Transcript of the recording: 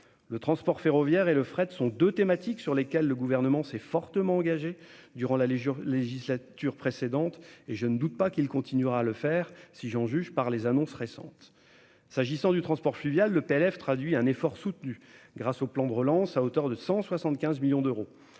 Le transport ferroviaire et le fret sont deux thématiques sur lesquelles le Gouvernement s'est fortement engagé durant la législature précédente, et je ne doute pas qu'il continuera à le faire, si j'en juge par ses annonces récentes. S'agissant du transport fluvial, le PLF traduit un effort soutenu, grâce au plan de relance, à hauteur de 175 millions d'euros.